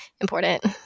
important